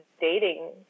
dating